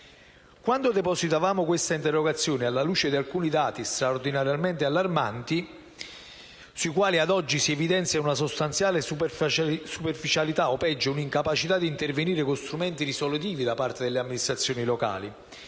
Abbiamo depositato questa interrogazione alla luce di alcuni dati straordinariamente allarmanti, sui quali ad oggi si evidenzia una sostanziale superficialità o, peggio, una incapacità di intervenire con strumenti risolutivi da parte delle amministrazioni locali.